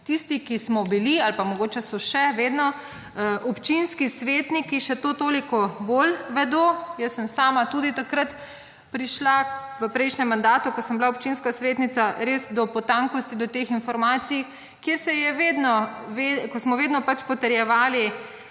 Tisti, ki smo bili ali pa mogoče so še, vedno, občinski svetniki, še to toliko bolj vedo. Jaz sem sama tudi takrat prišla, v prejšnjem mandatu, ko sem bila občinska svetnica, res do potankosti do teh informacij, kjer se je vedno, ko smo vedno pač potrjevali